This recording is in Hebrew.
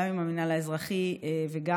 גם עם המינהל האזרחי וגם,